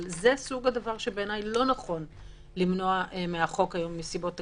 אבל זה דבר שלדעתי לא נכון למנוע מהחוק היום מסיבות תקציביות.